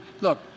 Look